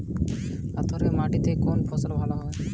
পাথরে মাটিতে কোন ফসল ভালো হয়?